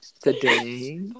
Today